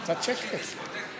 קצת שקט.